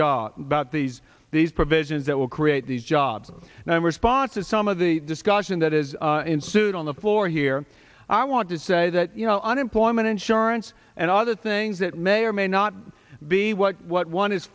jobs about these these provisions that will create these jobs now in response to some of the discussion that has ensued on the floor here i want to say that you know unemployment insurance and other things that may or may not be what what one is